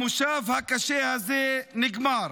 המושב הקשה הזה נגמר,